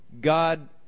God